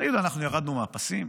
תגידו, אנחנו ירדנו מהפסים?